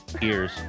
ears